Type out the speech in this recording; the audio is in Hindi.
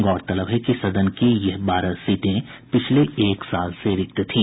गौरतलब है कि सदन की ये बारह सीटें पिछले एक साल से रिक्त थी